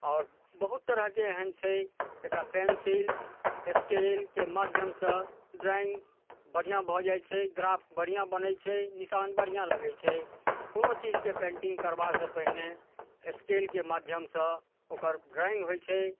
आओर बहुत तरहके एहन छै जकरा पेंसिल स्केलके माध्यमसँ ड्रॉइंग बढ़िआँ भऽ जाइ छै ग्राफ बढ़िआँ बनै छै निशान बढ़िआँ लगै छै कोनो चीजके पेंटिंग करबासँ पहिने स्केलके माध्यमसँ ओकर ड्रॉइंग होइ छै